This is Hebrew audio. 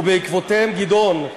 וגדעון.